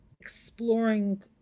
exploring